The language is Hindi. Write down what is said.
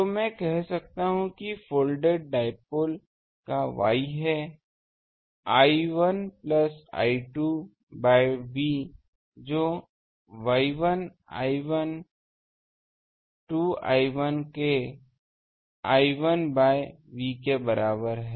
तो मैं कह सकता हूँ कि फोल्डेड डाइपोल का Y है I1 plus I2 by V जो Y1 I1 2 I1 के I1बाय V के बराबर है